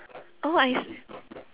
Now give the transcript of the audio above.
oh I